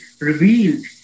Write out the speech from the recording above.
revealed